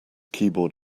keyboard